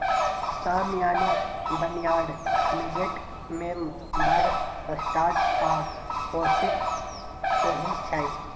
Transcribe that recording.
साम यानी barnyard millet मे बड़ स्टार्च आ पौष्टिक होइ छै